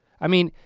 i mean,